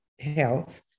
health